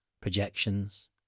projections